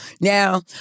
Now